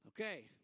Okay